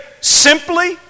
simply